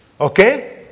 Okay